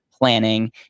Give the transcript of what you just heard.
planning